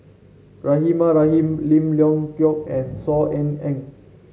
Rahimah Rahim Lim Leong Geok and Saw Ean Ang